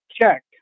check